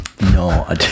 No